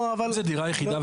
אם זו דירה יחידה,